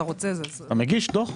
אתה מגיש דוח.